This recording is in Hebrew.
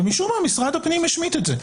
ומשום מה משרד הפנים השמיט את זה.